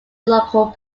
local